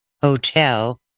Hotel